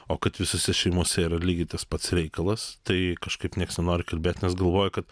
o kad visose šeimose yra lygiai tas pats reikalas tai kažkaip nieks nenori kalbėt nes galvoja kad